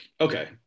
okay